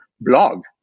blog